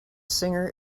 singer